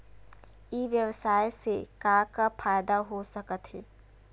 ई व्यवसाय से का का फ़ायदा हो सकत हे?